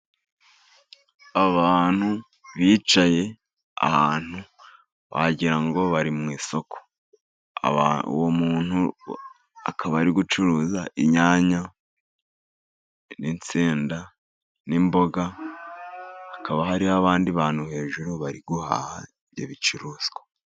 Abantu bicaye ahantu wagira ngo bari mu isoko, uwo muntu akaba ari gucuruza inyanya, n'insenda, n'imboga, hakaba hariho abandi bantu hejuru bari guhaha ibyo bicuruzwa.